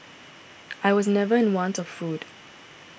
I was never in any want of food